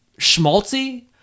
Schmaltzy